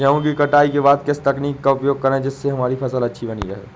गेहूँ की कटाई के बाद किस तकनीक का उपयोग करें जिससे हमारी फसल अच्छी बनी रहे?